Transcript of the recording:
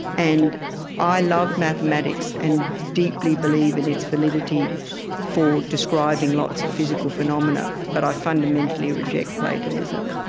and i love mathematics and deeply believe in its validity for describing lots of physical phenomena, but i fundamentally reject platonism.